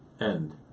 end